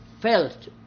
felt